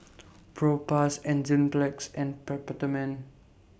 Propass Enzyplex and Peptamen